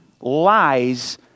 lies